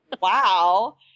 Wow